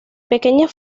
pequeñas